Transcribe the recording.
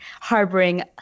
harboring